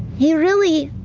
he really.